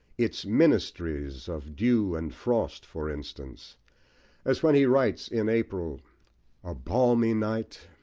its ministries of dew and frost, for instance as when he writes, in april a balmy night!